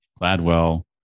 Gladwell